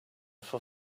for